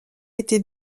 été